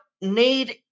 need